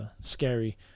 scary